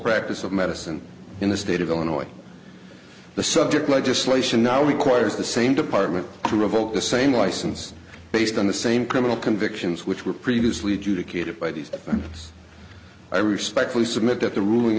practice of medicine in the state of illinois the subject legislation now requires the same department to revoke the same license based on the same criminal convictions which were previously adjudicated by these i respectfully submit that the ruling